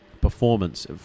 performance